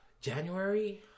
january